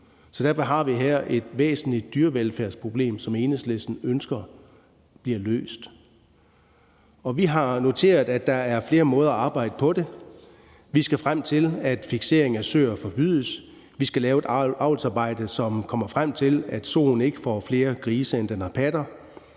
Derfor har vi her et væsentligt dyrevelfærdsproblem, som Enhedslisten ønsker bliver løst. Og vi har noteret, at der er flere måder at arbejde på det på. Vi skal frem til, at fiksering af søer forbydes. Vi skal lave et avlsarbejde, som kommer frem til, at soen ikke får flere grise, end den har patter.